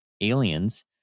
aliens